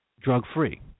drug-free